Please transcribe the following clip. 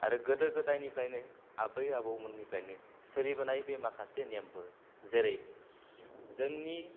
आरो गोदो गोदायनिफ्रायनो आबै आबौ मोननिफ्रायनो सोलिबोनाय बे माखासे नेमफोर जेरै जोंनि